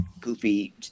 goofy